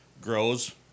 grows